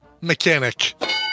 mechanic